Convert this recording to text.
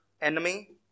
enemy